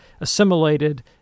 assimilated